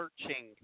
searching